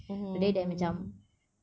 rather than macam